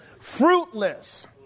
fruitless